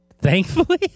Thankfully